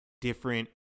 different